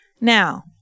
Now